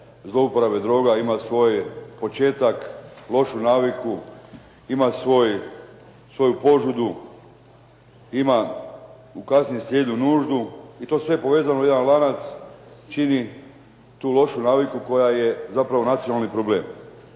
zlouporabe droga ima svoj početak, lošu naviku, ima svoju požudu, ima u kasnijem slijedu nuždu i to sve povezano u jedan lanac čini tu lošu naviku koja je zapravo nacionalni problem.